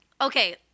okay